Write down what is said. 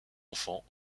enfants